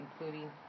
including